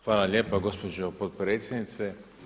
Hvala lijepo gospođo potpredsjednice.